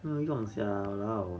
没有用 sia !walao!